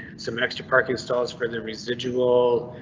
some extra parking stalls for the residual.